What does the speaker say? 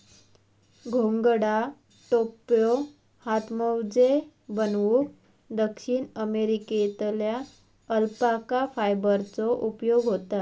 घोंगडा, टोप्यो, हातमोजे बनवूक दक्षिण अमेरिकेतल्या अल्पाका फायबरचो उपयोग होता